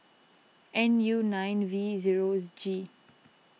N U nine V zeros G